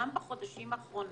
גם בחודשים האחרונים,